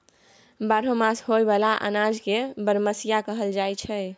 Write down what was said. बारहो मास होए बला अनाज के बरमसिया कहल जाई छै